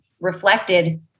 reflected